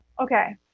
Okay